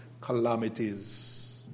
calamities